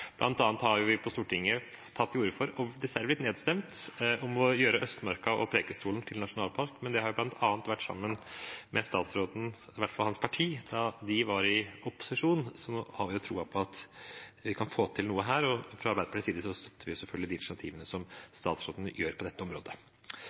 vi på Stortinget tatt til orde for – men dessverre blitt nedstemt – å gjøre Østmarka og Preikestolen til nasjonalparker, men det har bl.a. vært sammen med statsrådens parti da de var i opposisjon, så nå har vi troa på at vi kan få til noe her. Fra Arbeiderpartiets side støtter vi selvfølgelig de initiativene